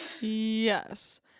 yes